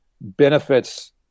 benefits –